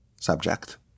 subject